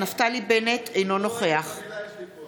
אינו נוכח נפתלי בנט,